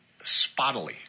spottily